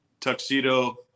tuxedo